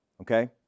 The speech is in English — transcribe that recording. okay